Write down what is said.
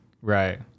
Right